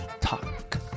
talk